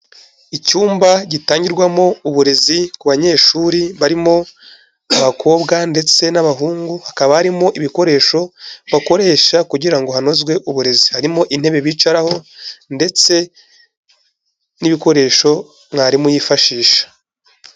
Icyumba gitangirwamo uburezi ku banyeshuri barimo abakobwa ndetse n'abahungu, hakaba harimo ibikoresho bakoresha kugira ngo hanozwe uburezi, harimo intebe bicaraho ndetse n'ibikoresho mwarimu yifashisha.